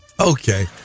Okay